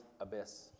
abyss